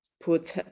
put